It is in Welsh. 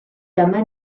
dyma